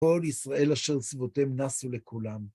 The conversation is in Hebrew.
כל ישראל אשר סביבותיהם נסו לקולם.